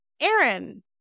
Aaron